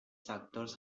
sectors